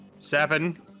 seven